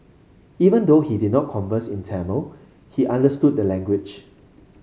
even though he did not converse in Tamil he understood the language